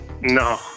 No